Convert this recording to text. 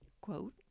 Quote